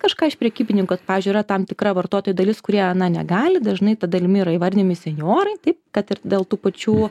kažką iš prekybininkų ot pavyzdžiui yra tam tikra vartotojų dalis kurie negali dažnai ta dalimi yra įvardijami senjorai taip kad ir dėl tų pačių